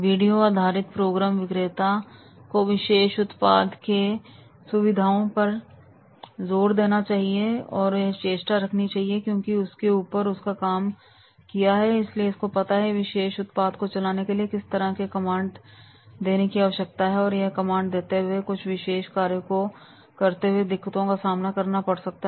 video आधारित program विक्रेता को विशेष उत्पाद के सुविधाओं पर जोर देने की चेष्टा रखता है क्योंकि उसने उसके ऊपर काम किया है इसलिए उसको पता है की इस विशेष उत्पाद को चलाने के लिए किस तरह के कमांड देने की आवश्यकता है और यह कमांड देते हुए कुछ विशेष कार्य को करते हुए क्या दिक्कतों का सामना करना पड़ सकता है